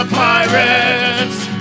pirates